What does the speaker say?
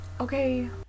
Okay